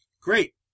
great